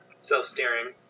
self-steering